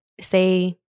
say